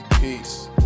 Peace